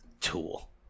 tool